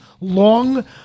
Long